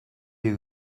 you